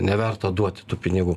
neverta duoti tų pinigų